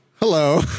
Hello